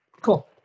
Cool